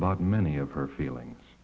about many of her feelings